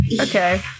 Okay